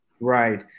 Right